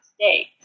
States